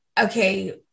okay